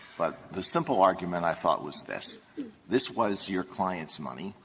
but the simple argument i thought was this this was your client's money.